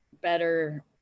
better